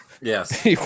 Yes